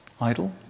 idle